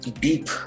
deep